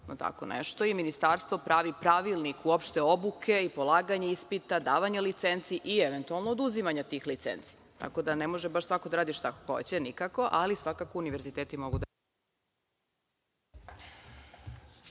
i ministarstvo pravi pravilnik uopšte obuke i polaganje ispita, davanje licenci i eventualno oduzimanja tih licenci, tako da ne može baš svako da radi šta hoće nikako, ali svakako univerziteti mogu to